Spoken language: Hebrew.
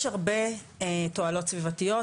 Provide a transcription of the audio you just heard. יש הרבה תועלות סביבתיות,